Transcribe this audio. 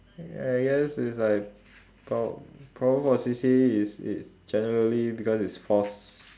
I guess it's like prob~ problem for C_C_A is it's generally because it's forced